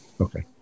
Okay